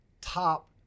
top